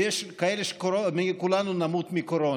ויש כאלה: כולנו נמות מקורונה,